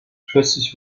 plötzlich